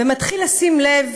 ומתחיל לשים לב